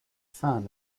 fan